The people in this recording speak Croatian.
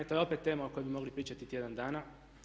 To je opet tema o kojoj bi mogli pričati tjedan dana.